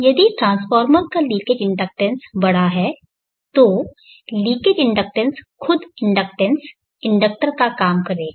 यदि ट्रांसफार्मर का leakage inductance बड़ा है तो लीकेज इंडक्टेंस खुद इंडक्टेंस इंडक्टर का काम करेगा